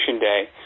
day